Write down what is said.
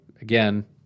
again